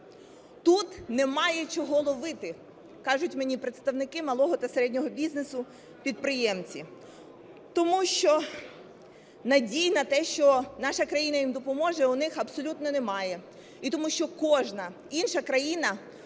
"Тут немає чого ловити", – кажуть мені представники малого та середнього бізнесу, підприємці. Тому що надій на те, що наша країна їм допоможе, у них абсолютно немає, і тому що кожна інша країна